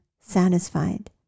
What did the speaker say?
satisfied